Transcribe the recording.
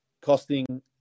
costing